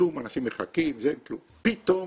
אנשים מחכים ואין כלום, פתאום